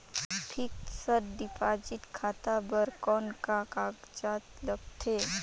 Fixed deposit खाता बर कौन का कागजात लगथे?